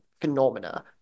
phenomena